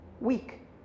weak